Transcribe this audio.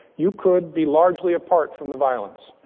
you could be largely apart from the violence.